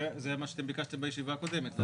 זה מה שאתם ביקשתם בישיבה הקודמת.